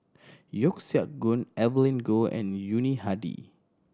Yeo Siak Goon Evelyn Goh and Yuni Hadi